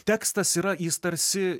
tekstas yra jis tarsi